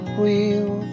wheel